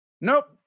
Nope